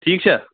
ٹھیٖک چھا